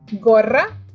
gorra